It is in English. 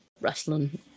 Wrestling